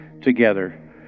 together